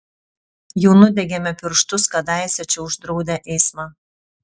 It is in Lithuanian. jau nudegėme pirštus kadaise čia uždraudę eismą